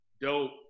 dope